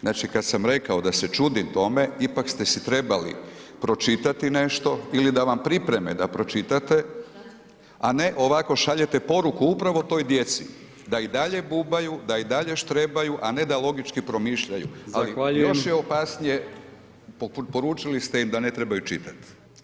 Znači kad sam rekao da se čudim tome ipak ste si trebali pročitati nešto ili da vam pripreme da pročitate, a ne ovako šaljete poruku upravo toj djeci da i dalje bubaju, da i dalje štrebaju, a ne da logički promišljaju, a [[Upadica: Zahvaljujem.]] još je opasnije, poručili ste im da ne trebaju čitati.